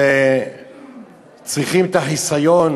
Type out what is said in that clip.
שצריכים את החיסיון?